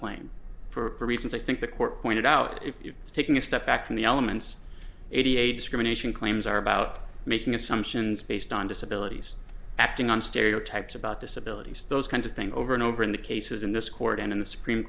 claim for reasons i think the court pointed out if you are taking a step back from the elements eighty eight discrimination claims are about making assumptions based on disability acting on stereotypes about disability those kinds of thing over and over in the cases in this court and in the supreme